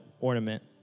ornament